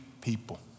people